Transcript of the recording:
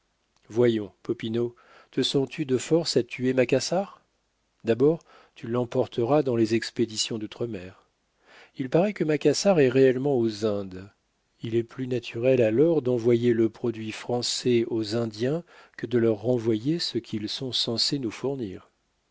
voyons popinot te sens-tu de force à tuer macassar d'abord tu l'emporteras dans les expéditions d'outre-mer il paraît que macassar est réellement aux indes il est plus naturel alors d'envoyer le produit français aux indiens que de leur renvoyer ce qu'ils sont censés nous fournir